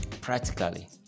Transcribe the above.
practically